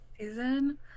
season